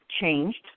changed